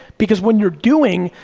because when you're doing,